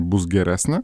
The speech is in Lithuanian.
bus geresnė